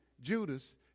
Judas